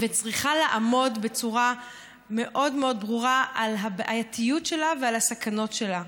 וצריכה לעמוד בצורה מאוד מאוד ברורה על הבעייתיות שלה ועל הסכנות שלה,